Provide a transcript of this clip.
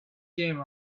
came